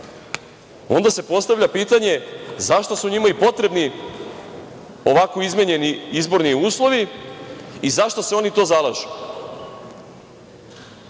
onda se postavlja pitanje – zašto su njima i potrebni ovako izmenjeni izborni uslovi i za šta se oni to zalažu? Mi